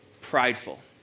prideful